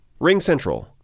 RingCentral